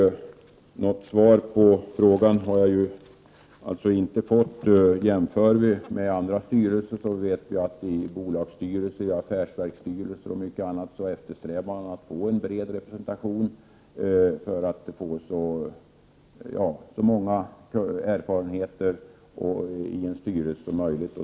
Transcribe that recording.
Något svar på frågan har jag alltså inte fått. Jämför vi med andra styrelser, vet vi att i bolagsstyrelser, affärsverksstyrelser m.fl. eftersträvar man att få en bred representation, att få med erfarenhet från så många områden som möjligt.